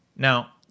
Now